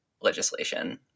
legislation